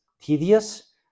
tedious